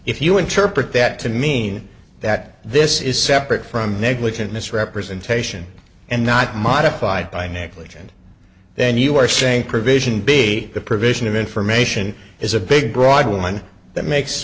if you interpret that to mean that this is separate from negligent misrepresentation and not modified by negligent then you are saying provision big the provision of information is a big broad one that makes